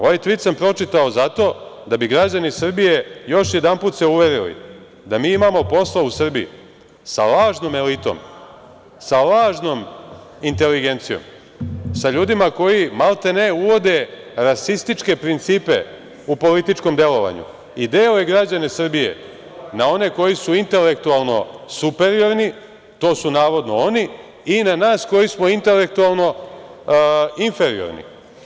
Ovaj tvit sam pročitao zato da bi građani Srbije još jedanput se uverili da mi imamo posla u Srbiji sa lažnom elitom, sa lažnom inteligencijom, sa ljudima koji maltene uvode rasističke principe u političkom delovanju i dele građane Srbije na one koji su intelektualno superiorni, to su navodno oni, i na nas koji smo intelektualno inferiorni.